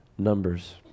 Numbers